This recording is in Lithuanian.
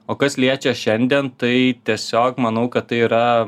o kas liečia šiandien tai tiesiog manau kad tai yra